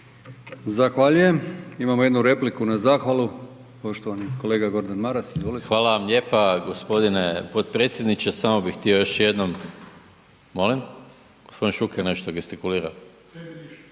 Zahvaljujem. Imamo jednu repliku na zahvalu. Poštovani kolega Gordan Maras, izvolite. **Maras, Gordan (SDP)** Hvala vam lijepa gospodine potpredsjedniče. Samo bih htio još jednom, molim, gospodin Šuker nešto gestikulira